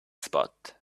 spot